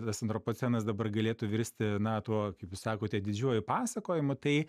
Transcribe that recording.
tas antropocenas dabar galėtų virsti na tuo kaip jūs sakote didžiuoju pasakojimu tai